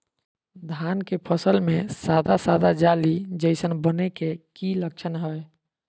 धान के फसल में सादा सादा जाली जईसन बने के कि लक्षण हय?